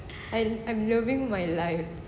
I'm I'm loving my life